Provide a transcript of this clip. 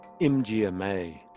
mgma